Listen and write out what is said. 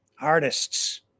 artists